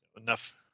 enough